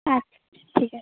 আচ্ছা ঠিক আছে